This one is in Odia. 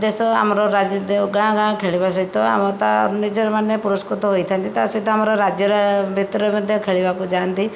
ଦେଶ ଆମର ଗାଁ ଗାଁ ଖେଳିବା ସହିତ ଆମ ତା ନିଜ ମାନେ ପୁରସ୍କୃତ ହୋଇଥାନ୍ତି ତା ସହିତ ଆମର ରାଜ୍ୟରେ ଭିତରେ ମଧ୍ୟ ଖେଳିବାକୁ ଯାଆନ୍ତି